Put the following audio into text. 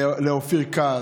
לאופיר כץ,